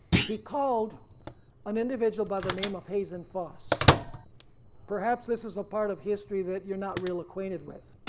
he called an individual by the name of hazen foss perhaps this is a part of history that you're not real acquainted with,